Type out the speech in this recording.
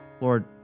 Lord